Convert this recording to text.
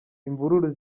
imvururu